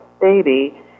baby